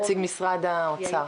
נציג משרד האוצר.